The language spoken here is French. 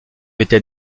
était